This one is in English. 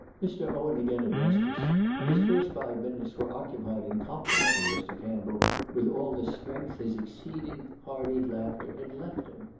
mr. owen again addressed us and his first five minutes were occupied in complimenting mr. campbell with all the strength his exceeding hearty laughter had left him.